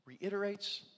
reiterates